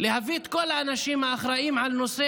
להביא את כל האנשים האחראים על נושא